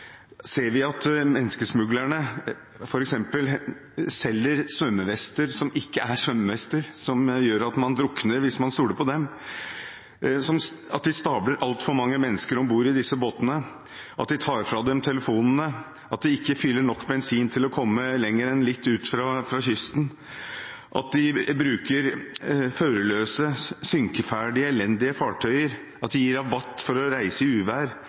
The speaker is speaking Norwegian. ser vi at menneskesmuglerne f.eks. selger «svømmevester» som ikke er svømmevester – man drukner hvis man stoler på dem – at de stuer altfor mange mennesker om bord i disse båtene, at de tar fra dem telefonene, at de ikke fyller nok bensin til å komme lenger enn et lite stykke ut fra kysten, at de bruker førerløse, synkeferdige, elendige fartøyer, og at de gir rabatt for å reise i uvær.